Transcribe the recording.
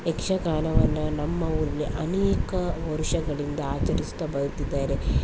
ಯಕ್ಷಗಾನವನ್ನು ನಮ್ಮ ಊರಲ್ಲಿ ಅನೇಕ ವರುಷಗಳಿಂದ ಆಚರಿಸುತ್ತಾ ಬರುತ್ತಿದ್ದಾರೆ